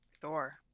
Thor